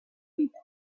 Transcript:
vida